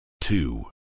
two